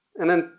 and then,